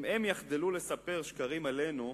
אם הם יחדלו לספר שקרים עלינו,